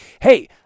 hey